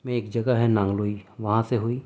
میں ایک جگہ ہے نانگلوئی وہاں سے ہوئی